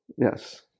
Yes